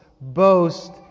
boast